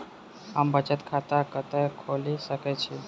हम बचत खाता कतऽ खोलि सकै छी?